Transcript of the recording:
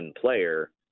player